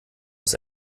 das